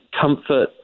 comfort